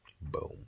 Boom